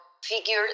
figure